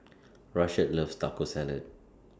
Rashad loves Taco Salad